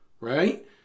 Right